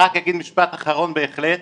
אני רק אגיד משפט אחרון בהחלט.